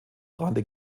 rande